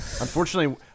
Unfortunately